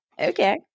Okay